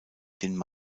den